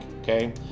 okay